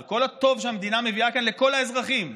על כל הטוב שהמדינה מביאה כאן לכל האזרחים,